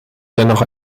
dennoch